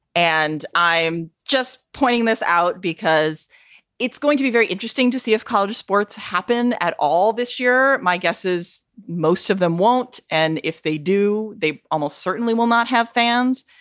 and i'm just pointing this out because it's going to be very interesting to see if college sports happen at all this year. my guess is most of them won't. and if they do, they almost certainly will not have fans.